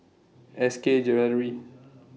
S K Jewellery